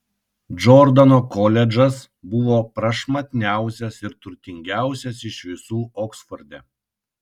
džordano koledžas buvo prašmatniausias ir turtingiausias iš visų oksforde